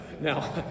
now